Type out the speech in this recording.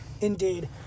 Indeed